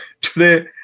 Today